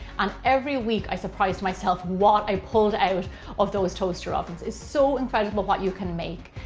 and every week i surprised myself what i pulled out of those toaster ovens. it's so incredible what you can make.